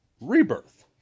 Rebirth